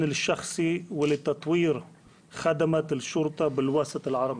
האישי ולפיתוח שירותי המשטרה במגזר הערבי.